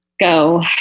go